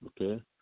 Okay